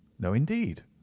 no, indeed.